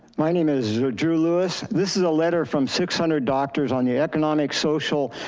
my name is drew lewis. this is a letter from six hundred doctors on your economic, social,